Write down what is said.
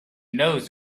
knows